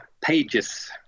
pages